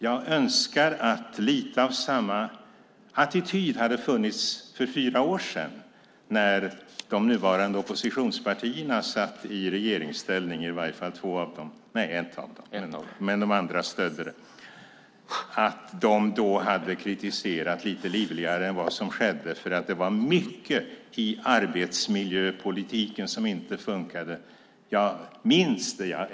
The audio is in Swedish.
Jag önskar att lite av samma attityd hade funnits för fyra år sedan när de nuvarande oppositionspartierna satt i regeringsställning - i varje fall ett av dem, men de andra stödde regeringen - och att de då hade kritiserat lite livligare än som skedde, för det var mycket i arbetsmiljöpolitiken som inte funkade. Jag minns det.